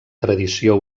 tradició